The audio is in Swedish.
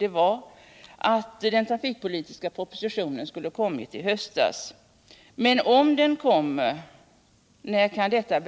Men om den trafikpolitiska propositionen kommer, när kan detta i